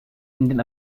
indian